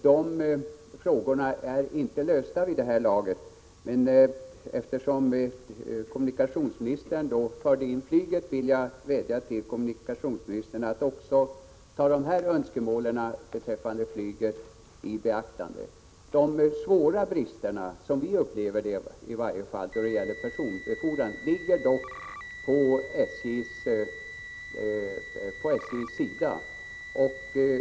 Dessa frågor är ännu inte lösta, och eftersom kommunikationsministern förde in diskussionen på flyget vill jag vädja till honom att ta även dessa önskemål beträffande flyget i beaktande. Som vi upplever det ligger dock de svåra bristerna då det gäller personbefordran inom SJ:s område.